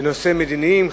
בנושאים מדיניים,